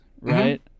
right